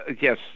yes